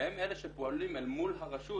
והם אלה שפועלים אל מול הרשות,